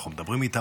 אנחנו מדברים איתן,